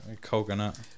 Coconut